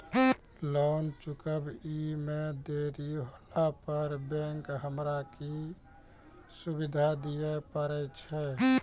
Loan चुकब इ मे देरी होला पर बैंक हमरा की सुविधा दिये पारे छै?